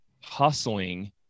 hustling